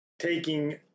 taking